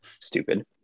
Stupid